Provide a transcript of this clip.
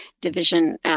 division